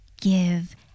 give